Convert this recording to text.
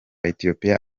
ethiopia